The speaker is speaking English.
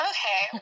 Okay